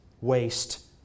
waste